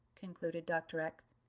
concluded dr. x,